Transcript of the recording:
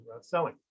selling